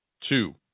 Two